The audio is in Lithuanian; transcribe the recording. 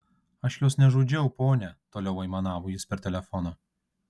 aš jos nežudžiau ponia toliau aimanavo jis per telefoną